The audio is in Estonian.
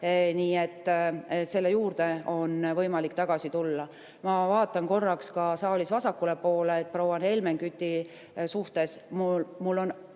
Nii et selle juurde on võimalik tagasi tulla. Ma vaatan korraks ka saalis vasakule poole ja proua Helmen Küti suhtes mul on